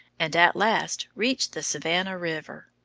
and at last reached the savannah river.